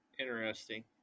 Interesting